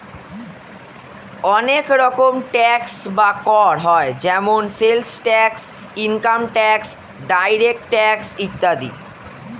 অনেক রকম ট্যাক্স বা কর হয় যেমন sales tax, income tax, direct tax ইত্যাদি